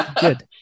Good